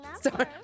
Sorry